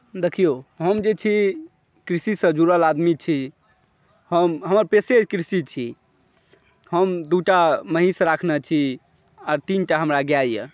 देखिऔ हम जे छी कृषिसँ जुड़ल आदमी छी हम हमर पेशे कृषि छी हम दुटा महिष राखने छी आ तीनटा हमरा गै यऽ